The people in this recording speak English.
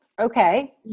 Okay